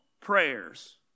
prayers